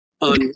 on